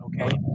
okay